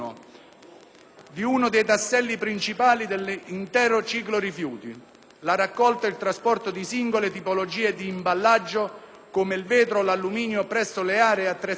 di uno dei tasselli principali dell'intero ciclo rifiuti: la raccolta e il trasporto di singole tipologie di imballaggio, come il vetro o l'alluminio, presso le aree attrezzate